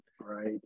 right